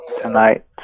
tonight